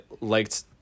liked